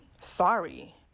sorry